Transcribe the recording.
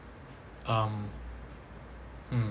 um hmm